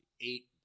eight